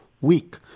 week